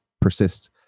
persist